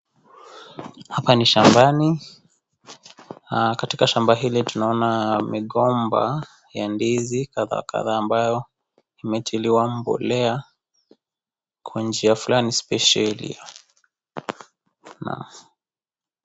Hapa ni shambani, katika shamba hili tunaona migomba ya ndizi kadhaa kadhaa ambayo imetiliwa mbolea, kwa njia fulani [cs spesheli naam.